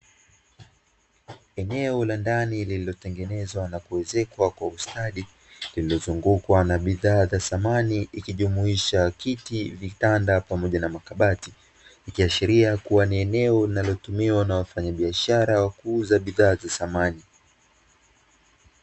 Eneo la ndani lilitengenezwa na kuezekwa kwa ustadi lililozungukwa na bidhaa za samani ikijumuisha kiti, vitanda pamoja na makabati, ikiashiria ni eneo linalotumika na wafanyabiashara wa kuuza bidhaa za samani.